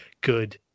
good